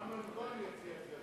אם אמנון כהן יציע את זה,